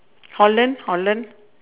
holland holland